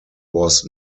was